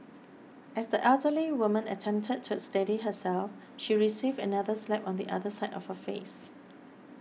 as the elderly woman attempted to steady herself she received another slap on the other side of her face